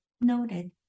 noted